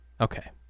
Okay